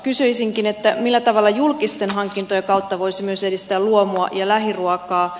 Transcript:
kysyisinkin millä tavalla julkisten hankintojen kautta voisi myös edistää luomua ja lähiruokaa